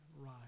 right